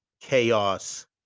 chaos